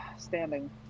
Standing